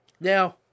Now